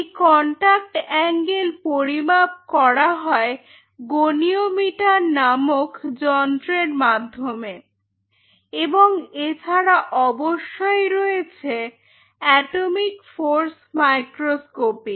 এই contact angle পরিমাপ করা হয় গনিয়মিটার নামক যন্ত্রের মাধ্যমে এবং এছাড়া অবশ্যই রয়েছে এটমিক ফোর্স মাইক্রোস্কোপি